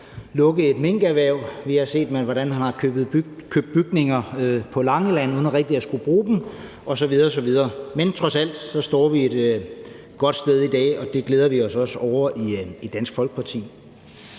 lukke et minkerhverv. Vi har set, hvordan man har købt bygninger på Langeland uden rigtigt at skulle bruge dem osv. osv. Men trods alt står vi et godt sted i dag, og det glæder vi os også over i Dansk Folkeparti.